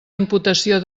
imputació